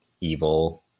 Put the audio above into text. evil